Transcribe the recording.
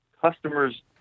customers